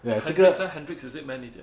Hendricks eh Hendricks is it man 一点